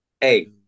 Hey